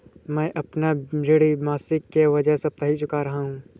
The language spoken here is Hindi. मैं अपना ऋण मासिक के बजाय साप्ताहिक चुका रहा हूँ